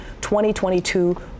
2022